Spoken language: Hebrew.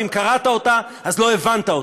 ואם קראת אותה אז לא הבנת אותה.